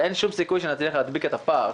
אבל אין שום סיכוי שנצליח להדביק את הפער.